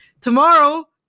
Tomorrow